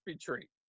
treat